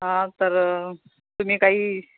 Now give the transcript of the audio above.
हा तर तुम्ही काही